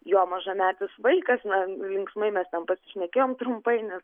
jo mažametis vaikas na linksmai mes ten pasišnekėjom trumpai nes